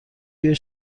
توی